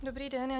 Dobrý den.